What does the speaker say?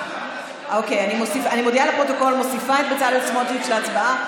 אני מודיעה לפרוטוקול שאני מוסיפה את בצלאל סמוטריץ' להצבעה.